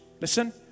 Listen